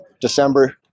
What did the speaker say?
December